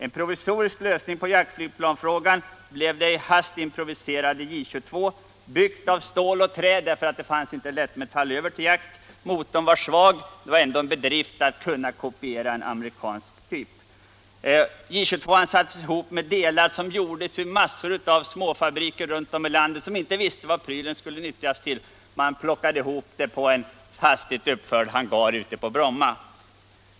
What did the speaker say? En provisorisk lösning på jaktflygplansfrågan blev det i hast improviserade J 22, byggt av stål och trä, därför att det inte fanns lättmetall över till jaktplansproduktion, och utrustat med en svag motor. Det var ändå en bedrift att kunna kopiera en amerikansk motor. J 22:an sattes ihop av delar som gjordes vid fabriker runt om i landet, där man inte visste vad prylarna skulle nyttjas till. Bitarna plockades ihop i en hastigt uppförd hangar ute på Bromma.